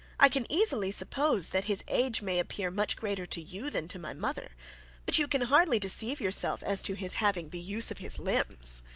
i can easily suppose that his age may appear much greater to you than to my mother but you can hardly deceive yourself as to his having the use of his limbs!